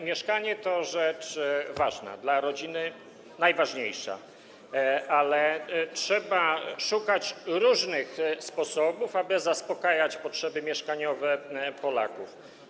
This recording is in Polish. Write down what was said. Mieszkanie to rzecz ważna, dla rodziny najważniejsza, ale trzeba szukać różnych sposobów, aby zaspokajać potrzeby mieszkaniowe Polaków.